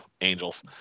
Angels